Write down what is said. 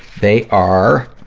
they are,